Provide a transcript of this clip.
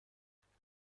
ببینیم